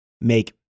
make